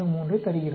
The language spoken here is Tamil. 7563ஐத் தருகிறது